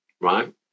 Right